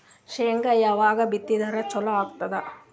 ಶೇಂಗಾ ಯಾವದ್ ಬಿತ್ತಿದರ ಚಲೋ ಆಗತದ?